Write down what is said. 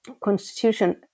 constitution